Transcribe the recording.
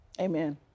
Amen